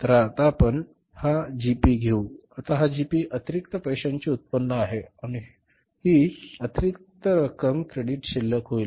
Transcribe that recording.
तर आता आपण हा जीपी घेऊ आता हा जीपी अतिरिक्त पैशांचे उत्पन्न आहे आणि ही अतिरिक्त रक्कम क्रेडिट शिल्लक होईल